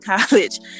College